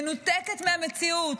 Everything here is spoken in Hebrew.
מנותקת מהמציאות.